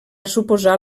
suposar